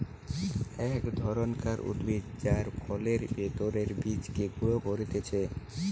এক ধরণকার উদ্ভিদ যার ফলের ভেতরের বীজকে গুঁড়া করতিছে